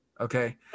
okay